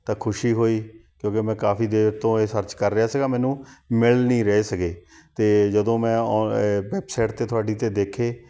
ਤਾਂ ਖੁਸ਼ੀ ਹੋਈ ਕਿਉਂਕਿ ਮੈਂ ਕਾਫੀ ਦੇਰ ਤੋਂ ਇਹ ਸਰਚ ਕਰ ਰਿਹਾ ਸੀਗਾ ਮੈਨੂੰ ਮਿਲ ਨਹੀਂ ਰਹੇ ਸੀਗੇ ਅਤੇ ਜਦੋਂ ਮੈਂ ਔਂ ਵੈੱਬਸਾਈਟ 'ਤੇ ਤੁਹਾਡੀ 'ਤੇ ਦੇਖੇ